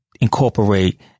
incorporate